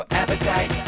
appetite